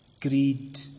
greed